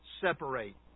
separate